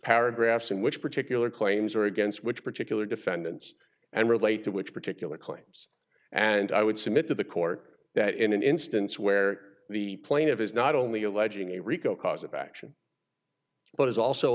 paragraphs in which particular claims are against which particular defendants and relate to which particular claims and i would submit to the court that in an instance where the plain of is not only alleging a rico cause of action but is also